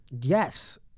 Yes